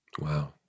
Wow